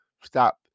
stop